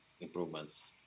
improvements